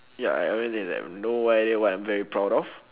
ya I I really think that I have no idea of what I'm very proud of